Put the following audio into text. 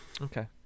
Okay